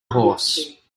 horse